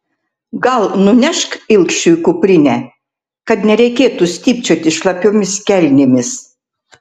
gal nunešk ilgšiui kuprinę kad nereikėtų stypčioti šlapiomis kelnėmis